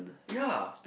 ya